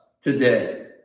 today